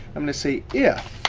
i'm gonna say if,